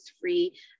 free